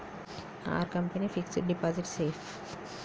Are company fixed deposit safe?